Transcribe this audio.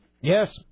Yes